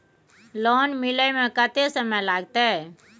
Loan मिले में कत्ते समय लागते?